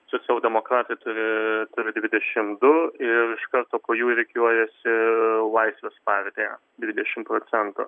socialdemokratai turi dvidešim du ir iš karto po jų rikiuojasi laisvės partija dvidešim procentų